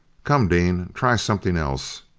come, dean, try something else.